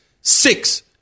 six